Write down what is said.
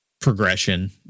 progression